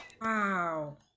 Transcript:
Wow